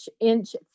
inch